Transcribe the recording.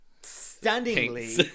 stunningly